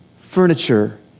furniture